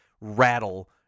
rattle